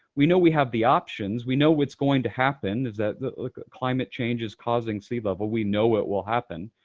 we know we have the options. we know it's going to happen, is that the climate change is causing sea level. we know it will happen.